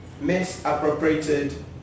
misappropriated